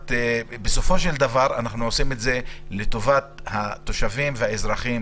ואנחנו עושים את זה לטובת התושבים והאזרחים